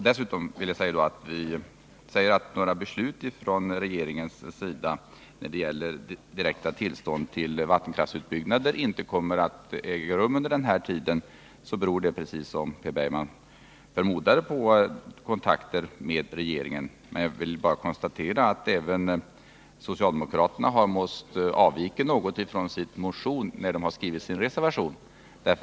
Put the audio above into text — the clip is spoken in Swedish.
Dessutom vill jag tillägga: När utskottet säger att några beslut från regeringens sida i fråga om direkta tillstånd till vattenkraftsutbyggnader inte kommer att fattas under den här tiden grundas detta uttalande på att utskottet — just så som herr Bergman förmodar — har haft kontakter med regeringen. Jag konstaterar att socialdemokraterna har måst avvika något från sin motion när de skrivit reservationen.